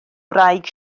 wraig